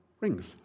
rings